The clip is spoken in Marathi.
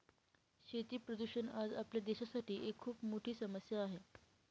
शेती प्रदूषण आज आपल्या देशासाठी एक खूप मोठी समस्या आहे